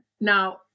now